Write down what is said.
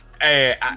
Hey